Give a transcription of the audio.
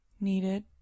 needed